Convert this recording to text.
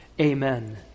Amen